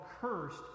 cursed